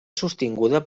sostinguda